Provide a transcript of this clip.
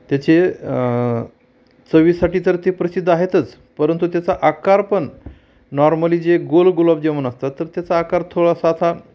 त्याचे चवीसाठी तर ते प्रसिद्ध आहेतच परंतु त्याचा आकारपण नॉर्मली जे गोल गुलाबजामून असतात तर त्याचा आकार थोडासा असा